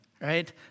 right